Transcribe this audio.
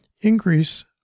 increase